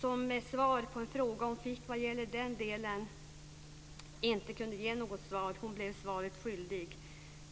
som svar på en fråga som hon tidigare fick vad gäller den delen, inte kunde ge något svar. Hon blev svaret skyldig.